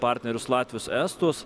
partnerius latvius estus